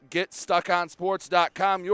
GetStuckOnSports.com